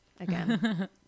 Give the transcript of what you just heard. again